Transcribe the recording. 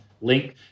link